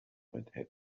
manhattan